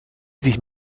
sich